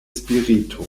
spirito